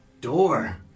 Door